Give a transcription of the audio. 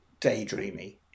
daydreamy